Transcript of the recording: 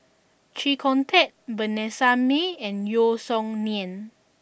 Chee Kong Tet Vanessa Mae and Yeo Song Nian